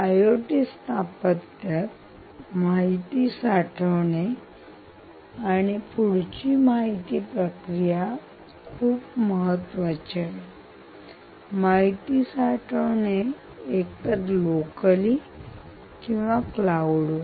IoT स्थापत्यात माहिती साठवणे आणि पुढची माहिती प्रक्रिया खूप महत्त्वाची आहे माहिती साठवणे एक तर लोकली किंवा क्लाऊडवर